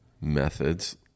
Methods